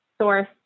source